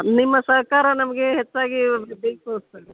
ನಿಮ್ಮ ಸಹಕಾರ ನಮಗೆ ಹೆಚ್ಚಾಗಿ ಬೇಕು ಸರ್